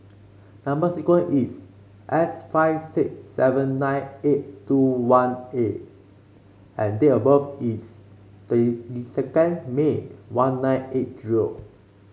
number sequence is S five six seven nine eight two one A and date of birth is twenty second May one nine eight zero